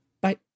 Bye